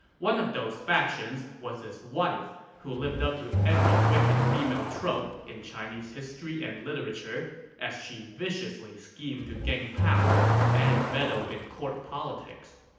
one of those factions was his wife, who lived up to every wicked female trope in chinese history and literature as she viciously schemed to gain power and meddle in court politics.